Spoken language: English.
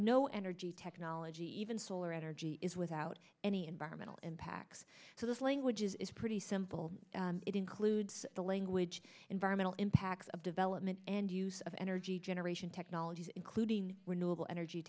no energy technology even solar energy is without any environmental impacts so this language is pretty simple it includes the language environmental impacts of development and use of energy generation technologies including we're knowable energy